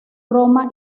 roma